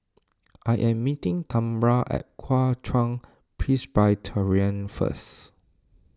I am meeting Tambra at Kuo Chuan Presbyterian first